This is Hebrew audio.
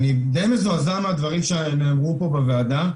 אני די מזועזע מהדברים שנאמרו פה בוועדה.